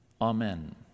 Amen